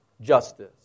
Justice